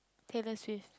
Taylor-Swift